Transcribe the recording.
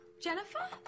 Jennifer